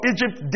Egypt